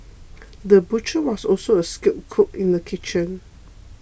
the butcher was also a skilled cook in the kitchen